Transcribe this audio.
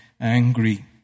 angry